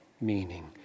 meaning